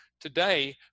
today